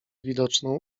widoczną